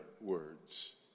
words